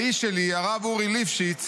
"האיש שלי, הרב אורי ליפשיץ,